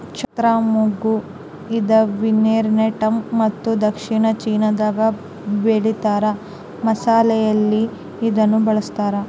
ಚಕ್ತ್ರ ಮಗ್ಗು ಇದನ್ನುವಿಯೆಟ್ನಾಮ್ ಮತ್ತು ದಕ್ಷಿಣ ಚೀನಾದಾಗ ಬೆಳೀತಾರ ಮಸಾಲೆಯಲ್ಲಿ ಇದನ್ನು ಬಳಸ್ತಾರ